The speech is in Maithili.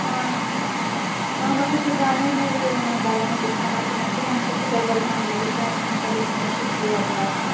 हँ हमे किछु जानै नै रहियै यहाँके बारेमे कि खाना पीना केहन छै किधर बढ़िऑं मिलै छै तैं से हम कहलिए कनि टा पुछि लिए तोरा सऽ